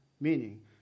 meaning